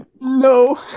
no